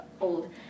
old